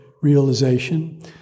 realization